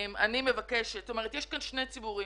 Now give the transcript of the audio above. יש כאן שני ציבורים.